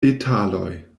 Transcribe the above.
detaloj